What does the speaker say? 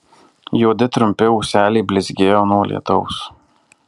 juodi trumpi ūseliai blizgėjo nuo lietaus